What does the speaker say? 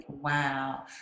Wow